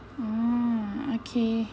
oh okay